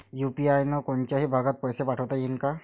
UPI न कोनच्याही भागात पैसे पाठवता येईन का?